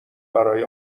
برای